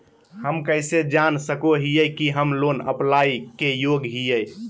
हम कइसे जान सको हियै कि हम लोन अप्लाई के योग्य हियै?